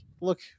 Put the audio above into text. look